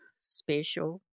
special